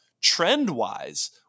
trend-wise